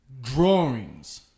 drawings